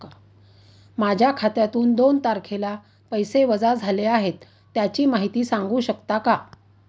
माझ्या खात्यातून दोन तारखेला पैसे वजा झाले आहेत त्याची माहिती सांगू शकता का?